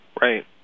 Right